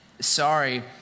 sorry